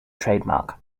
trademark